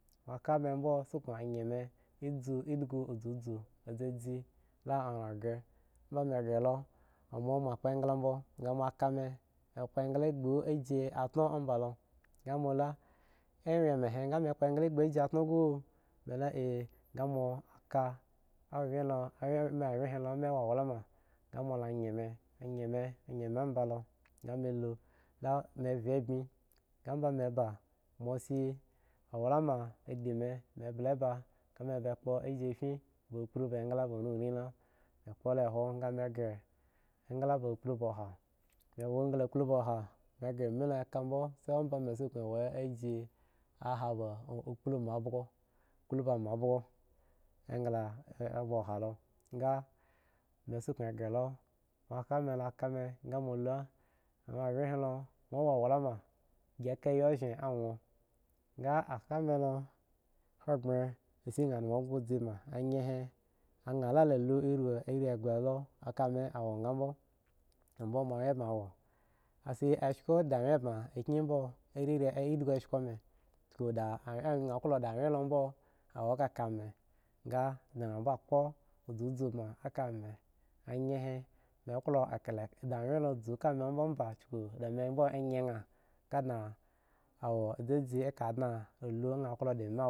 Okaa mebo sko ko yi oado zuzu ami a kpo engla bmo tea mo ko mi mi kpo engla gbo aji a tno emba lo ga mo ga ohme mi ga mi engla gbo ari tno go hw a awyen la aw wa ma emba bla ba mo shi awla ma shi di mi bla ba mi kpo aji fyen be okplob ba areri lo mi kpo kole me gri engla bim ga ajo bo kpulu ba mo engla bwo dua lo ga mi sa kan ga la anda mi ba ka mi ga awo awyen lo nwo mo wula ma mi ka yi oshisi sha wo ga a hakka mi lo ahanghre shi obgo zida a kpu aryi la wo bmo abu maanwye ba la wo ga mi shi asko da mi wo da wyen bmo wo a ka mi he ga bmo zuzu a ka mi ga da anyo bmo kpo zuzu ban a ka mi ayen mi ko da awyen zu ka mi ombe ba a.